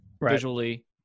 visually